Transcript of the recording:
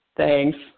Thanks